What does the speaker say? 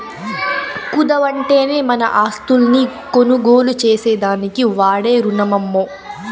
కుదవంటేనే మన ఆస్తుల్ని కొనుగోలు చేసేదానికి వాడే రునమమ్మో